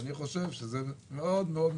ואני חושב שזה מאוד מסוכן.